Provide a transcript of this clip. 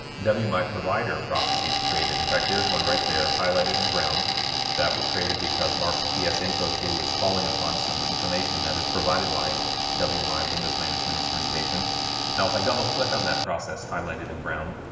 w my provider processes created in fact there's one right there highlighted in brown that was created because marks ps info tool is calling upon some information that is provided by w my windows management instrumentation now if i double click on that process highlighted in brown,